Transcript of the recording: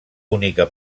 bonica